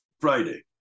Friday